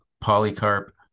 Polycarp